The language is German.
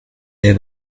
der